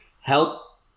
help